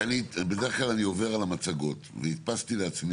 של משפחות וזוגות צעירים שיורדים אחר הצהרים לגינה והילדים מכירים,